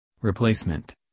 replacement